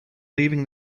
leaving